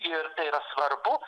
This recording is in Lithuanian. ir tai yra svarbu